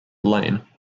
lane